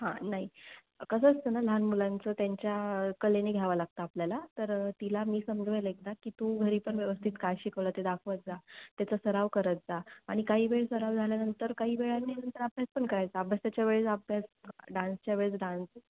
हां नाही कसं असतं ना लहान मुलांचं त्यांच्या कलेने घ्यावा लागतं आपल्याला तरं तिला मी समजवेन एकदा की तू घरी पण व्यवस्थित काय शिकवलं ते दाखवत जा त्याचा सराव करत जा आणि काही वेळ सराव झाल्यानंतर काही वेळने नंतर अभ्यास पण करायचा अभ्यासाच्या वेळेस अभ्यास डान्सच्या वेळेस डान्स